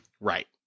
right